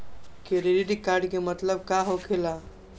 Credit card के मतलब का होकेला?